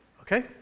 Okay